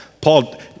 Paul